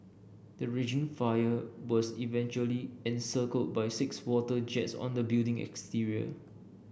the raging fire was eventually encircled by six water jets on the building exterior